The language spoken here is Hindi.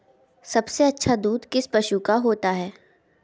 सबसे अच्छा दूध किस पशु का होता है?